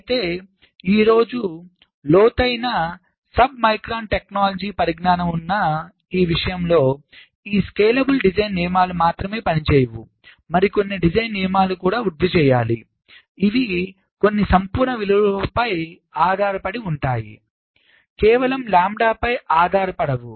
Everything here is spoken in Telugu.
అయితే ఈ రోజు లోతైన సబ్మిక్రోన్ సాంకేతిక పరిజ్ఞానం ఉన్న ఈ విషయంలో ఈ స్కేలబుల్ డిజైన్ నియమాలు మాత్రమే పనిచేయవు మరికొన్ని డిజైన్ నియమాలు కూడా వృద్ధి చెయ్యాలి ఇవి కొన్ని సంపూర్ణ విలువలపై ఆధారపడి ఉంటాయి కేవలం లాంబ్డాపై ఆధారపడవు